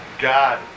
God